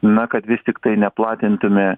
na kad vis tiktai neplatintume